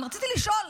רציתי לשאול,